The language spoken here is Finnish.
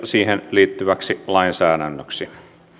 siihen liittyväksi lainsäädännöksi